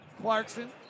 Clarkson